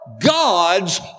God's